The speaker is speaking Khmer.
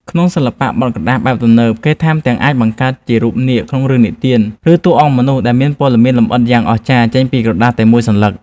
ក្នុងសិល្បៈបត់ក្រដាសបែបទំនើប គេថែមទាំងអាចបង្កើតជារូបនាគក្នុងរឿងនិទាន ឬតួអង្គមនុស្សដែលមានព័ត៌មានលម្អិតយ៉ាងអស្ចារ្យចេញពីក្រដាសតែមួយសន្លឹក។